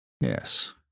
Yes